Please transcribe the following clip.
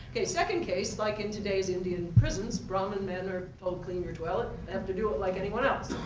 second case, like in today's indian prisons, brahmin men are told clean your toilet have to do it like anyone else.